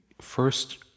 first